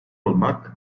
olmak